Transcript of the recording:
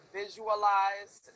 visualize